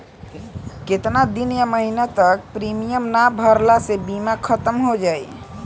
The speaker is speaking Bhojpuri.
केतना दिन या महीना तक प्रीमियम ना भरला से बीमा ख़तम हो जायी?